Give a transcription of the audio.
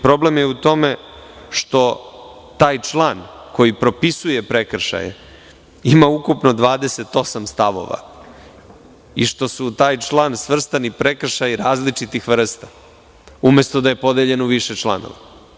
Problem je u tome što taj član koji propisuje prekršaje ima ukupno 28 stavova i što su u taj član svrstani prekršaji različitih vrsta, umesto da je podeljeno u više članova.